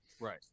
Right